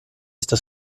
esta